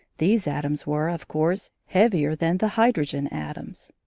these atoms were, of course, heavier than the hydrogen atoms.